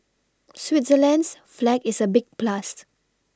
Switzerland's flag is a big plus